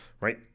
right